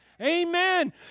Amen